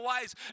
ways